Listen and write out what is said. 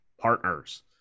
Partners